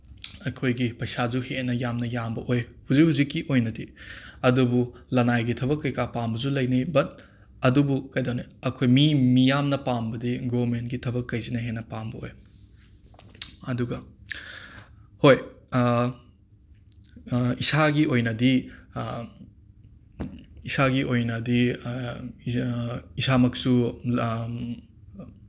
ꯑꯩꯈꯣꯏꯒꯤ ꯄꯩꯁꯥꯁꯨ ꯍꯦꯟꯅ ꯌꯥꯝꯕ ꯑꯣꯏ ꯍꯧꯖꯤꯛ ꯍꯧꯖꯤꯛꯀꯤ ꯑꯣꯏꯅꯗꯤ ꯑꯗꯨꯕꯨ ꯂꯅꯥꯏꯒꯤ ꯊꯕꯛ ꯀꯩꯀꯥ ꯄꯥꯝꯕꯁꯨ ꯂꯩꯅꯩ ꯕꯠ ꯑꯗꯨꯕꯨ ꯀꯩꯗꯧꯅꯤ ꯑꯩꯈꯣꯏ ꯃꯤ ꯃꯤꯌꯥꯝꯅ ꯄꯥꯝꯕꯗꯤ ꯒꯣꯃꯦꯟꯒꯤ ꯊꯕꯛꯀꯩꯁꯤꯅ ꯍꯦꯟꯅ ꯄꯥꯝꯕ ꯑꯣꯏ ꯑꯗꯨꯒ ꯍꯣꯏ ꯏꯁꯥꯒꯤ ꯑꯣꯏꯅꯗꯤ ꯏꯁꯥꯒꯤ ꯑꯣꯏꯅꯗꯤ ꯏꯁꯥꯃꯛꯁꯨ